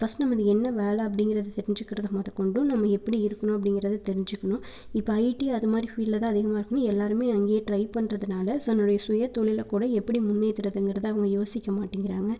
first நம்ம அது என்ன வேலை அப்படிங்கிறத தெரிஞ்சுக்கிறதை முத கொண்டும் நம்ம எப்படி இருக்கணும் அப்படிங்கிறது தெரிஞ்சிக்கணும் இப்போ ஐடி அதமாதிரி ஃபீல்டில் தான் அதிகமாக இருக்கணும்னு எல்லாருமே அங்கேயே ட்ரை பண்ணுறதுனால தன்னோட சுயதொழிலை கூட எப்படி முன்னேத்துறதுங்கிறதை அவங்க யோசிக்க மாட்டேங்கிறாங்க